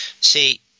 See